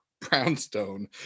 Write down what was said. brownstone